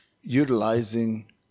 utilizing